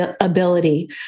ability